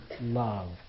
love